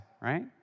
right